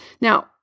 Now